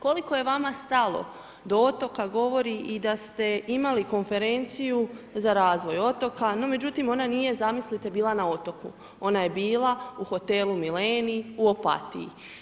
Koliko je vama stalo do otoka, govori da ste imali konferenciju za razvoj otoka, no, međutim, ona nije zamislite bila na otoku, ona je bila u hotelu Milenij u Opatiji.